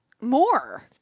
more